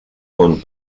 con